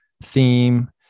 theme